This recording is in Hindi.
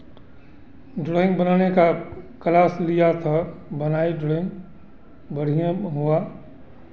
ड्राइंग बनाने का क्लास लिया था बनाए ड्राइंग बढ़ियें हुआ